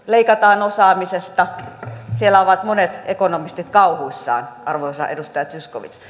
leikataan osaamisesta siellä ovat monet ekonomistit kauhuissaan arvoisa edustaja zyskowicz